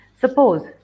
Suppose